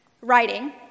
writing